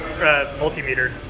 Multimeter